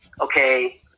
okay